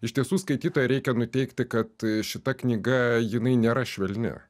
iš tiesų skaitytoją reikia nuteikti kad šita knyga jinai nėra švelni